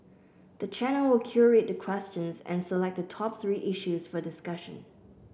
the channel will curate the questions and select the top three issues for discussion